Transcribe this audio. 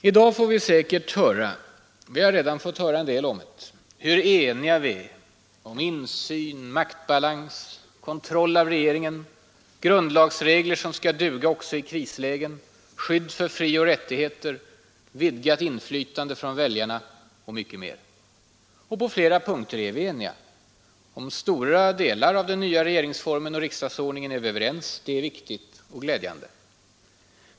I dag får vi säkert höra — vi har redan hört en del om det — hur eniga vi är om insyn, maktbalans, kontroll av regeringen, grundlagsregler som skall duga också i krislägen, skydd för frioch rättigheter, vidgat inflytande från väljarna och mycket mer. Och på flera punkter är vi eniga. Stora delar av den nya regeringsformen och riksdagsordningen är vi överens om. Det är viktigt och glädjande.